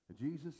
Jesus